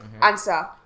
answer